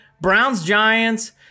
Browns-Giants